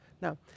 Now